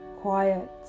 quiet